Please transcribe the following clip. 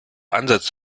ansatz